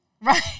right